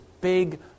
big